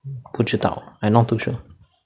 不知道 I not too sure